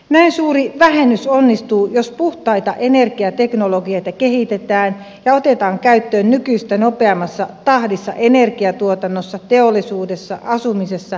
näin suuri vähennys onnistuu jos puhtaita energiateknologioita kehitetään ja otetaan käyttöön nykyistä nopeammassa tahdissa energiatuotannossa teollisuudessa asumisessa ja liikkumisessa